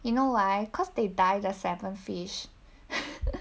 you know why cause they dye the seven fish